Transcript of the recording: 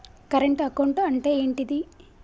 Current account అంటే ఏంటిది?